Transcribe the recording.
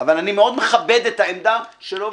ואומר לעצמו,